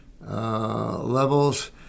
levels